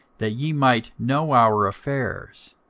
that ye might know our affairs,